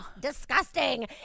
Disgusting